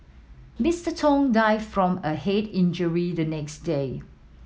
Mister Tong died from a head injury the next day